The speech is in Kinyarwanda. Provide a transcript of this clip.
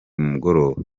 mugoroba